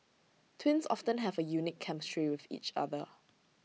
twins often have A unique chemistry with each other